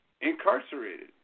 incarcerated